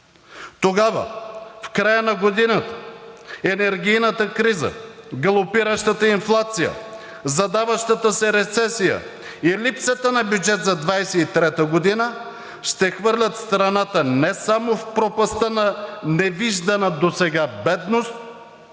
Тогава – в края на годината, енергийната криза, галопиращата инфлация, задаващата се рецесия и липсата на бюджет за 2023 г. ще хвърлят страната не само в пропастта на невиждана досега бедност,